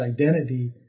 identity